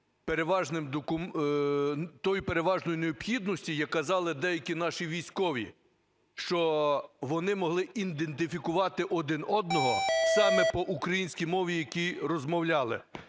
тою переважною необхідністю, як казали деякі наші військові, що вони могли ідентифікувати один одного саме по українській мові, якій розмовляли.